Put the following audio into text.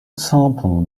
example